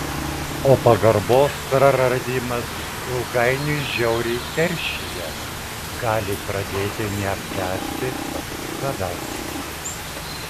o pagarbos praradimas ilgainiui žiauriai keršija gali pradėti neapkęsti pats savęs